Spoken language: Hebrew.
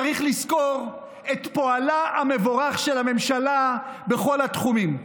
צריך לזכור את פועלה המבורך של הממשלה בכל התחומים.